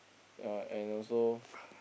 ya and also